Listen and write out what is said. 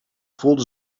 voelde